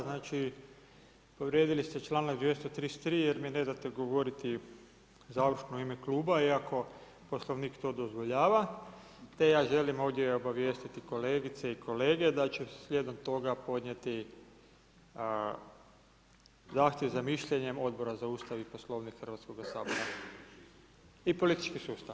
Znači povrijedili ste članak 233. jer mi ne date govoriti završno u ime kluba iako Poslovnik to dozvoljava te ja želim ovdje obavijestiti kolegice i kolege da ću slijedom toga podnijeti zahtjev za mišljenjem Odbora za Ustav i Poslovnik Hrvatskoga sabora, i politički sustav.